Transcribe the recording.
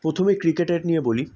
প্রথমে ক্রিকেটের নিয়ে বলি